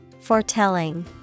Foretelling